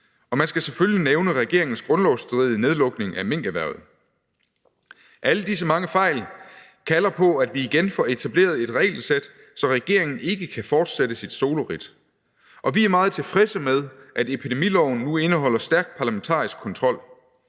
Og man skal selvfølgelig nævne regeringens grundlovsstridige nedlukning af minkerhvervet. Alle disse mange fejl kalder på, at vi igen får etableret et regelsæt, så regeringen ikke kan fortsætte sit soloridt, og vi er meget tilfredse med, at epidemiloven nu indeholder stærk parlamentarisk kontrol.